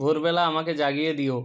ভোরবেলা আমাকে জাগিয়ে দিও